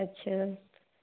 अच्छा